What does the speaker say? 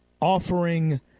offering